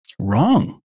wrong